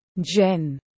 Jen